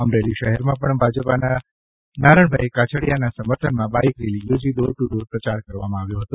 અમરેલી શહેરમાં પણ ભાજપના નારણભાઈ કાછડિયાના સમર્થનમાં બાઇક રેલી યોજી ડોર ટૂ ડોર પ્રચાર કર્યો હતો